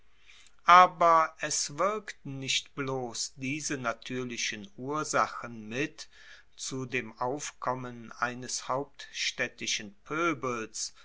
aber es wirkten nicht bloss diese natuerlichen ursachen mit zu dem aufkommen eines hauptstaedtischen poebels